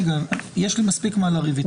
יש לי מספיק מה לריב איתך.